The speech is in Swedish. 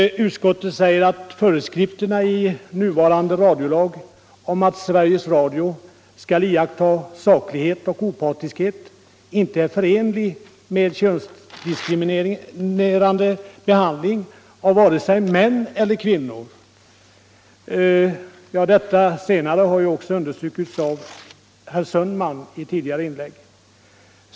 Utskottet säger att föreskrifterna i nuvarande radiolag om att Sveriges Radio skall iaktta saklighet och opartiskhet inte är förenliga med en könsdiskriminerande behandling vare sig den riktar sig mot kvinnor eller mot män. Detta har också understrukits av herr Sundman i ett tidigare inlägg.